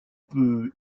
peut